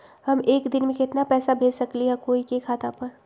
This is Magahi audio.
हम एक दिन में केतना पैसा भेज सकली ह कोई के खाता पर?